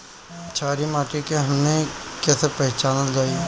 छारी माटी के हमनी के कैसे पहिचनल जाइ?